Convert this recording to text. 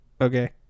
okay